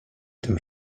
tym